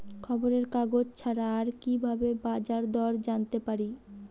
খবরের কাগজ ছাড়া আর কি ভাবে বাজার দর জানতে পারি?